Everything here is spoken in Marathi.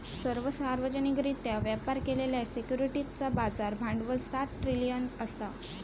सर्व सार्वजनिकरित्या व्यापार केलेल्या सिक्युरिटीजचा बाजार भांडवल सात ट्रिलियन असा